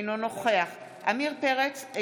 אינו נוכח עמיר פרץ,